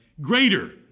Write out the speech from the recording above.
Greater